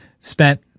spent